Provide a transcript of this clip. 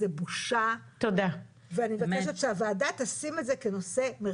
זה בושה ואני מבקשת שהוועדה תשים את זה כנושא מרכזי.